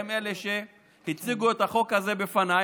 והם אלה שהציגו את החוק הזה בפניי,